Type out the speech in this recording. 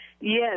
Yes